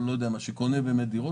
שקונה דירות,